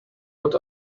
what